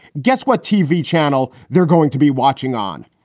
guess what tv channel they're going to be watching on.